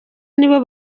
nibo